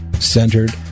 centered